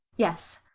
yes.